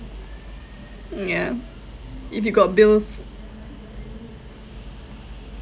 mm ya if you got bills